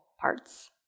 parts